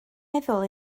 meddwl